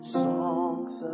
songs